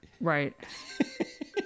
Right